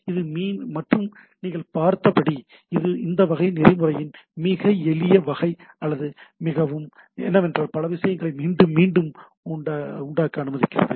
இது மற்றும் நீங்கள் பார்த்தபடி இது வகை நெறிமுறையின் மிக எளிய வகை அல்லது மிகவும் என்னவென்றால் பல விஷயங்களை மீண்டும் மீண்டும் உண்டாக்க அனுமதிக்கிறது